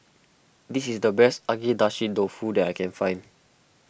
this is the best Agedashi Dofu that I can find